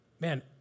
Man